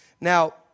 Now